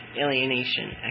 alienation